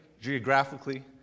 geographically